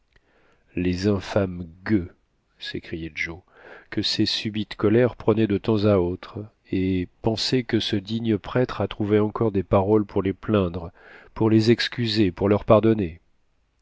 les infâmes gueux s'écriait joe que ces subites colères prenaient de temps à autre et penser que ce digne prêtre a trouvé encore des paroles pour les plaindre pour les excuser pour leur pardonner